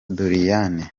doriane